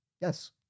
Yes